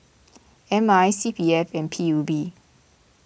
M I C P F and P U B